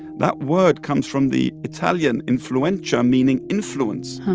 that word comes from the italian influenza, um meaning influence.